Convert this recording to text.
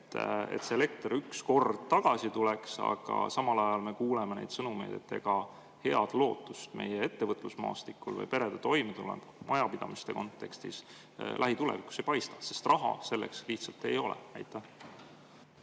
kui] elekter ükskord tagasi tuleb? Aga samal ajal me kuuleme neid sõnumeid, et ega head lootust meie ettevõtlusmaastikul või perede toimetuleku, majapidamiste kontekstis lähitulevikus ei paista, sest raha selleks lihtsalt ei ole. Jaa,